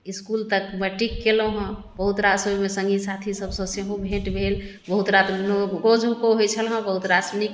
इसकुल तक मैट्रीक कयलहुँ हैं बहुत रास ओहिमे सङ्गी साथी सभसँ सेहो भेँट भेल बहुत रास नोको झोँको होइ छल है बहुत रास नीक